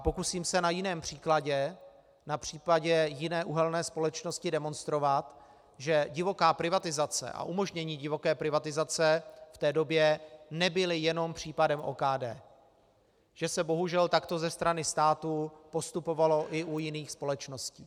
Pokusím se na jiném příkladě, na případě jiné uhelné společnosti, demonstrovat, že divoká privatizace a umožnění divoké privatizace v té době nebyly jenom případem OKD, že se bohužel takto ze strany státu postupovalo i u jiných společností.